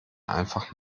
einfach